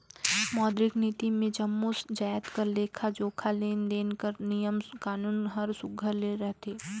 मौद्रिक नीति मे जम्मो जाएत कर लेखा जोखा, लेन देन कर नियम कानून हर सुग्घर ले रहथे